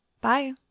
bye